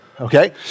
Okay